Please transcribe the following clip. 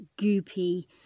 goopy